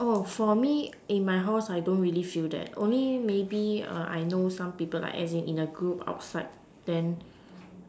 for me in my house I don't really feel that only maybe I know some people as in the group outside then